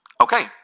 Okay